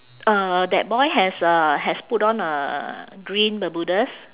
uh that boy has a has put on a green bermudas